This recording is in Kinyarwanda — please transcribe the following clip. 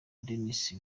denis